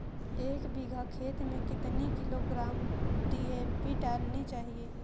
एक बीघा खेत में कितनी किलोग्राम डी.ए.पी डालनी चाहिए?